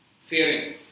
fearing